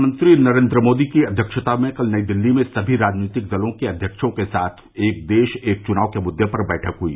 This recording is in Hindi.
प्रधानमंत्री नरेन्द्र मोदी की अध्यक्षता में कल नई दिल्ली में सभी राजनीतिक दलों के अध्यक्षों के साथ एक देश एक चुनाव के मुद्दे पर बैठक हुई